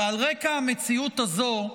ועל רקע המציאות הזו,